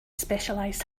specialized